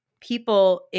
people